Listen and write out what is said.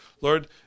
Lord